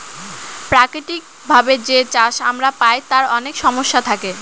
প্রাকৃতিক ভাবে যে চাষ আমরা পায় তার অনেক সমস্যা থাকে